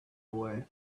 away